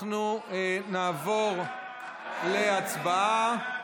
אנחנו נעבור להצבעה.